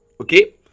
Okay